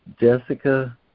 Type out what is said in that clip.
Jessica